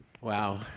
Wow